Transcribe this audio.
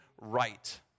right